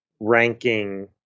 ranking